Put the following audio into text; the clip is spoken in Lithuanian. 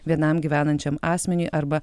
vienam gyvenančiam asmeniui arba